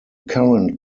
current